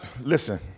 listen